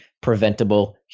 preventable